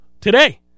today